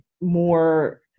more